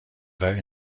very